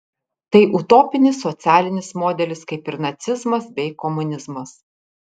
tai utopinis socialinis modelis kaip ir nacizmas bei komunizmas